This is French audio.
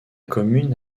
commune